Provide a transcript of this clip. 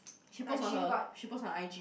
she post on her she post on her I_G